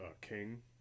king